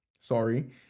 sorry